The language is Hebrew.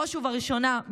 בראש ובראשונה,